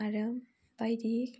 आरो बायदि